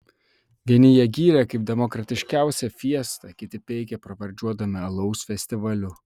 vieni ją gyrė kaip demokratiškiausią fiestą kiti peikė pravardžiuodami alaus festivaliu